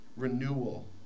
Renewal